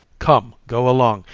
come, go along,